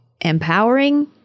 empowering